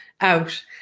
out